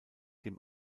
dem